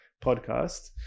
podcast